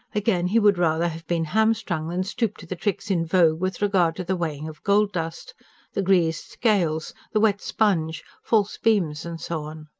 again, he would rather have been hamstrung than stoop to the tricks in vogue with regard to the weighing of gold-dust the greased scales, the wet sponge, false beams, and so on.